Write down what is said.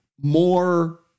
more